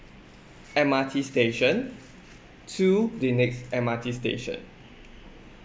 M_R_T station to the next M_R_T station